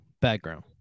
background